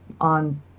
On